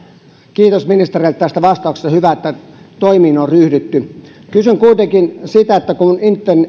kiitos ministerille tästä vastauksesta hyvä että toimiin on ryhdytty kysyn kuitenkin siitä kun